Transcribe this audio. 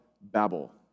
Babel